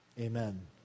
Amen